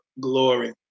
glory